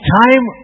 time